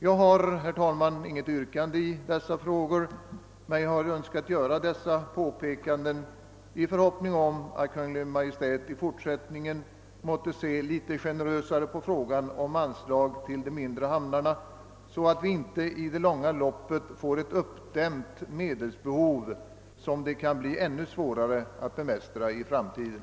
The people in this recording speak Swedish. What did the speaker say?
Jag har, herr talman, inget yrkande men jag har önskat göra dessa påpekanden i förhoppning om att Kungl Maj:t i fortsättningen måtte se generösare på frågan om anslag till de mindre hamnarna, så att vi inte i det långa loppet får ett uppdämt medelsbehov som det kan bli ännu svårare att fylla i framtiden.